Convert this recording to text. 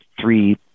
three